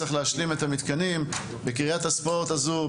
צריך להשלים את המתקנים בקריית הספורט הזו.